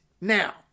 now